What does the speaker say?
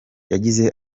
yagize